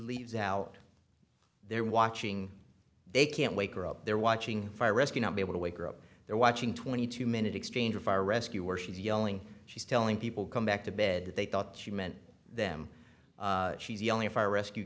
leaves out they're watching they can't wake her up they're watching fire rescue not be able to wake her up they're watching twenty two minute exchange of fire rescue where she's yelling she's telling people come back to bed they thought she meant them she's yelling fire rescue